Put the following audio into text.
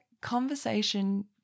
conversation